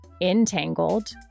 entangled